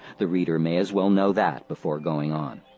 the reader may as well know that before going on.